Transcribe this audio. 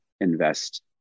invest